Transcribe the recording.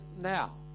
now